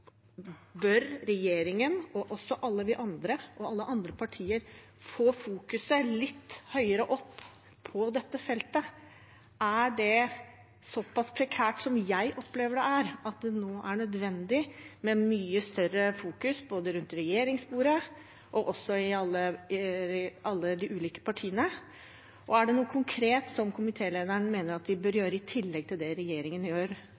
Bør regjeringen, og også alle vi andre og alle andre partier, få fokuset litt høyere opp på dette feltet? Er det så pass prekært, som jeg opplever at det er, at det nå er nødvendig med mye større fokus både rundt regjeringsbordet og også i alle de ulike partiene? Er det noe konkret komitélederen mener vi bør gjøre i tillegg til det regjeringen gjør